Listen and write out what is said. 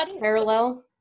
parallel